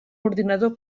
ordinador